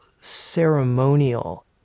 ceremonial